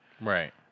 Right